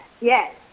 yes